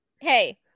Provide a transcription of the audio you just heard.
Hey